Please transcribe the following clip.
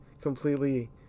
completely